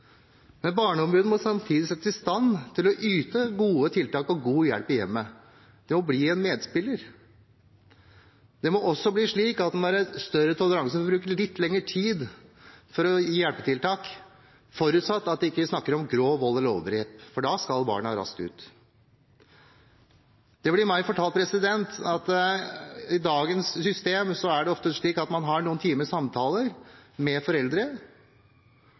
Men barnevernet må samtidig settes i stand til å yte gode tiltak og god hjelp i hjemmet, ved å bli en medspiller. Det må også bli slik at det er større toleranse for å bruke litt lengre tid på å gi hjelpetiltak, forutsatt at en ikke snakker om grov vold eller overgrep, for da skal barnet raskt ut. Det blir meg fortalt at i dagens system er det ofte slik at man har noen timer med samtaler med